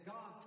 God